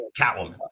Catwoman